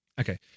okay